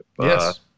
Yes